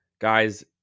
guys